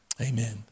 Amen